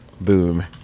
Boom